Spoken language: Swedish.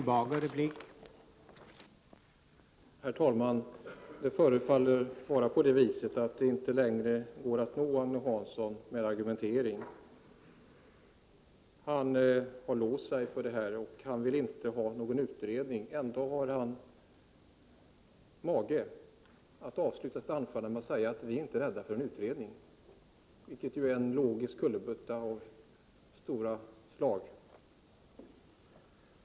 Herr talman! Det förefaller vara på det viset att det inte längre går att nå Agne Hansson med argumentering. Han har låst sig vid en utlokalisering och vill inte ha någon utredning. Ändå har han mage att i slutet av sitt anförande säga: Vi är inte rädda för en utredning. Det är en logisk kullerbytta av stora mått.